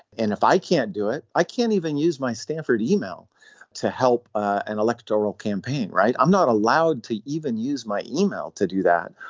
and if i can't do it i can't even use my stanford email to help an electoral campaign. right. i'm not allowed to even use my email to do that.